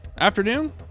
afternoon